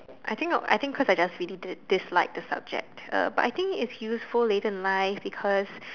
I think not I think I just really dislike the subject but I think it's useful later in life because